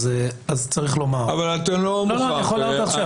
אתה לא מוכרח.